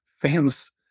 fans